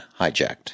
hijacked